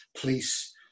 police